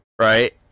right